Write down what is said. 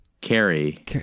Carrie